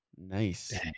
Nice